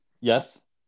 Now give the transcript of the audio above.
yes